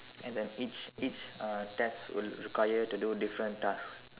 and then each each uh test will require you to do different tasks